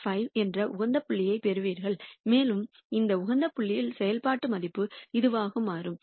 5 என்ற உகந்த புள்ளியைப் பெறுவீர்கள் மேலும் இந்த உகந்த புள்ளியில் செயல்பாட்டு மதிப்பு இதுவாக மாறும்